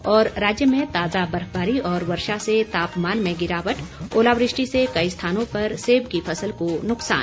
और राज्य में ताज़ा बर्फबारी और वर्षा से तापमान में गिरावट ओलावृष्टि से कई स्थानों पर सेब की फसल को नुकसान